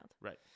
Right